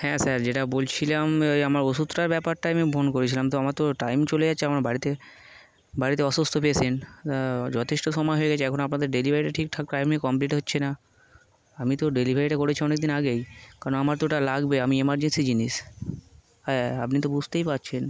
হ্যাঁ স্যার যেটা বলছিলাম ওই আমার ওষুধটার ব্যাপারটাই আমি ফোন করেছিলাম তো আমার তো টাইম চলে যাচ্ছে আমার বাড়িতে বাড়িতে অসুস্থ পেশেন্ট যথেষ্ট সময় হয়ে গেছে এখন আপনাদের ডেলিভারিটা ঠিক ঠাক টাইম নিয়ে কমপ্লিট হচ্ছে না আমি তো ডেলিভারিটা করেছি অনেকদিন আগেই কারণ আমার তো ওটা লাগবে আমি এমার্জেন্সি জিনিস হ্যাঁ আপনি তো বুঝতেই পারছেন